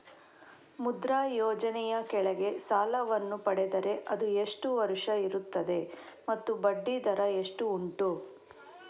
ಮುದ್ರಾ ಯೋಜನೆ ಯ ಕೆಳಗೆ ಸಾಲ ವನ್ನು ಪಡೆದರೆ ಅದು ಎಷ್ಟು ವರುಷ ಇರುತ್ತದೆ ಮತ್ತು ಬಡ್ಡಿ ದರ ಎಷ್ಟು ಉಂಟು?